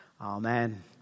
Amen